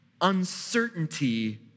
uncertainty